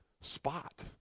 spot